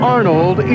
Arnold